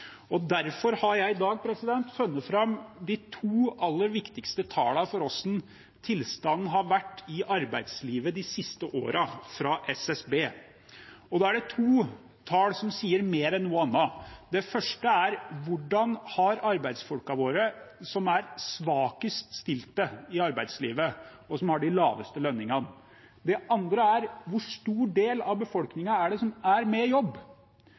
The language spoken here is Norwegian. Derfor har jeg i dag funnet fram de to aller viktigste tallene fra SSB for hvordan tilstanden har vært i arbeidslivet de siste årene. Da er det to tall som sier mer enn noe annet. Det første er: Hvordan har arbeidsfolkene våre som er svakest stilt i arbeidslivet, og som har de laveste lønningene, det? Det andre er: Hvor stor del av befolkningen er det som er med i jobb?